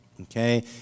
Okay